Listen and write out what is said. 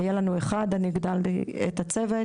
היה לנו אחד ואני הגדלתי את הצוות.